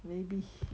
maybe